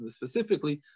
specifically